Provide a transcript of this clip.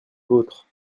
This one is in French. vôtres